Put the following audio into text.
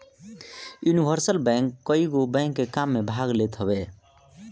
universal bank कईगो bank के काम में भाग लेत हवे